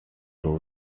role